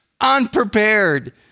unprepared